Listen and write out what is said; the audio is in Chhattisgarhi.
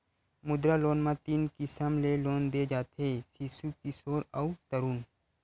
मुद्रा लोन म तीन किसम ले लोन दे जाथे सिसु, किसोर अउ तरून